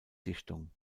dichtung